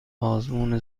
آزمون